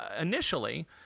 initially